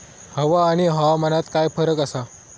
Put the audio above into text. हवा आणि हवामानात काय फरक असा?